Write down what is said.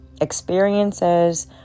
experiences